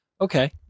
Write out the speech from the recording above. okay